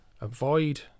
avoid